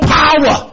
power